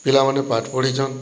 ପିଲାମାନେ ପାଠ୍ ପଢ଼ିଚନ୍